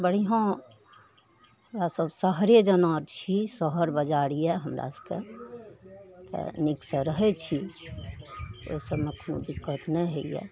बढ़िआँ हमरासभ शहरे जेना छी शहर बजार यऽ हमरा सभकेँ तऽ नीकसे रहै छी तऽ ओहिसबमे कोनो दिक्कत नहि होइए